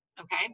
Okay